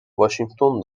washington